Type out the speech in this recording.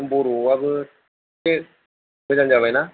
बर'आबो गोजाम जाबायना